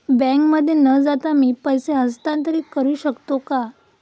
बँकेमध्ये न जाता मी पैसे हस्तांतरित करू शकतो का?